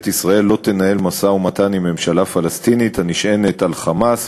ישראל לא תנהל משא-ומתן עם ממשלה פלסטינית הנשענת על "חמאס",